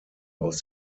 aus